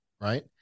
Right